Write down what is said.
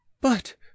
But